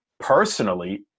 personally